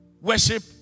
worship